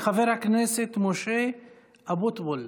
חבר הכנסת משה אבוטבול.